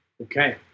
Okay